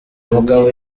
umugabo